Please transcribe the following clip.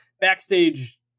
backstage